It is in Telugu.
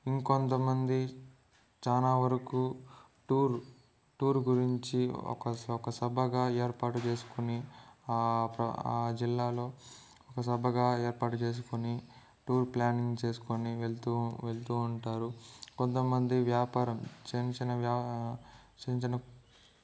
ఇంకొంతమంది చాలా వరకు టూర్ టూర్ గురించి ఒక స ఒక సభగా ఏర్పాటు చేసుకుని ఆ జిల్లాలో ఒక సభగా ఏర్పాటు చేసుకుని టూర్ ప్లానింగ్ చేసుకొని వెళ్తూ వెళ్తూ ఉంటారు కొంతమంది వ్యాపారం చిన్నచిన్న వ్యా చిన్నచిన్న